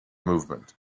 movement